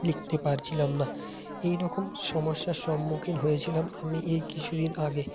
লিখতে পারছিলাম না এই রকম সমস্যার সম্মুখীন হয়েছিলাম আমি এই কিছু দিন আগে